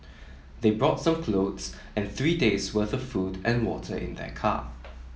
they brought some clothes and three days worth of food and water in their car